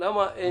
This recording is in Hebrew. אנחנו